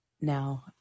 Now